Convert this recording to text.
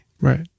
right